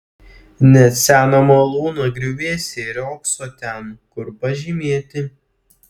net seno malūno griuvėsiai riogso ten kur pažymėti